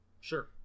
Sure